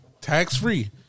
Tax-free